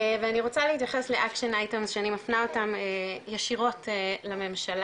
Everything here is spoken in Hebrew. אני רוצה להתייחס לאקשן אייטמס שאני מפנה אותם ישירות לממשלה,